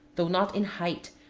though not in height,